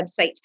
website